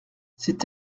c’est